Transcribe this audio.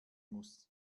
muss